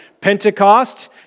Pentecost